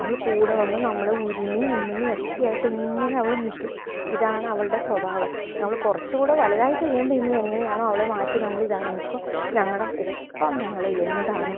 അവൾ കൂട വന്ന് നമ്മള ഉരുമ്മി ഉമ്മുണി ഒക്കെയായിട്ട് ഇങ്ങനെ അവള് നില്ക്കും ഇതാണ് അവളുടെ സ്വഭാവം അവൾ കുറച്ചുകൂടെ വലുതായിക്കഴിയുമ്പോള് ഇനി എങ്ങനെ ആണോ അവളെ മാറ്റി നമ്മൾ ഇതാക്കണ ഇപ്പോള് ഞങ്ങളുടെ ഒപ്പം ഞങ്ങള് എന്താണ്